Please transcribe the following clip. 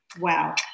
Wow